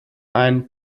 ein